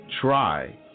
try